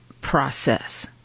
process